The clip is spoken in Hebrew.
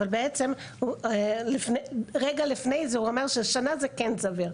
אבל רגע לפני זה הוא אמר ששנה זה כן סביר,